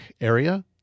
area